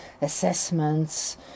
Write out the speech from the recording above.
assessments